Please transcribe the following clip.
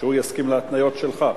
המציע הסכים להתניות שלך?